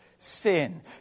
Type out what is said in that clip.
sin